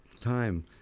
time